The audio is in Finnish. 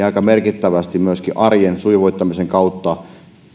aika merkittävästi myöskin arjen sujuvoittamisen kautta